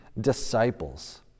disciples